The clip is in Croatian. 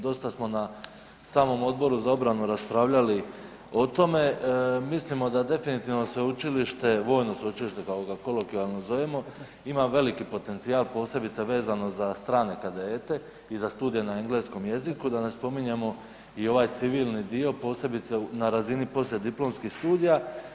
Dosta smo na samom Odboru za obranu raspravljali i tome, mislimo da definitivno Vojno sveučilište kako ga kolokvijalno zovemo ima veliki potencijal posebice vezano za strane kadete i za studij na engleskom jeziku, da ne spominjemo i ovaj civilni dio posebice na razini poslijediplomskih studija.